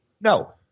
No